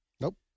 Nope